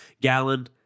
Gallon